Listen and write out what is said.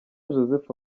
joseph